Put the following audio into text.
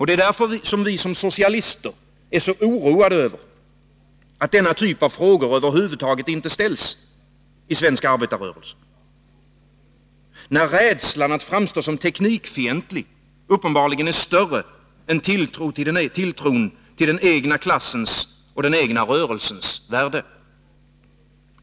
Det är därför vi som socialister är så oroade över att denna typ av frågor över huvud taget inte ställs i svensk arbetarrörelse — när rädslan att framstå som teknikfientlig uppenbarligen är större än tilltron till den egna klassens och den egna rörelsens värde.